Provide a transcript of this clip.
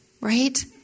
Right